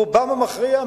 רובם המכריע,